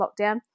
lockdown